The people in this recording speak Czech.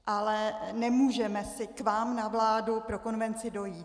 Ale nemůžeme si k vám na vládu pro konvenci dojít.